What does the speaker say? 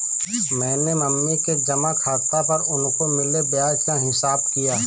मैंने मम्मी के जमा खाता पर उनको मिले ब्याज का हिसाब किया